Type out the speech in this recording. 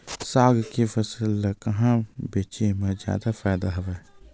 साग के फसल ल कहां बेचे म जादा फ़ायदा हवय?